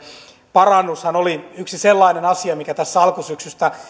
parannushan oli yksi sellainen asia mikä alkusyksystä